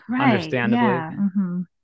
understandably